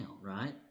right